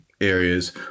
areas